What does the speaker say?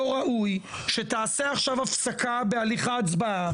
ראוי שתעשה עכשיו הפסקה בהליך ההצבעה,